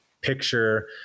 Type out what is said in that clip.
picture